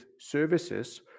services